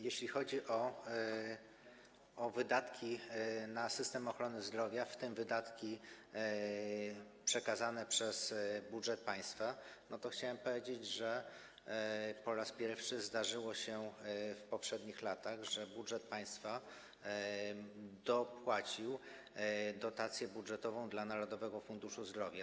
Jeśli chodzi o wydatki na system ochrony zdrowia, w tym wydatki przekazane przez budżet państwa, to chciałem powiedzieć, że po raz pierwszy zdarzyło się w poprzednich latach, że budżet państwa dopłacił dotację budżetową dla Narodowego Funduszu Zdrowia.